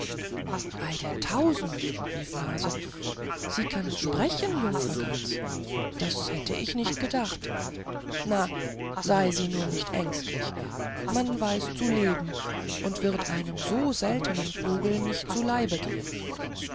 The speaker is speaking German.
ei der tausend rief nase sie kann sprechen jungfer gans das hätte ich nicht gedacht na sei sie nur nicht ängstlich man weiß zu leben und wird einem so seltenen vogel nicht zu leibe gehen